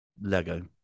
Lego